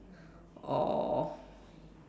or